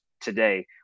today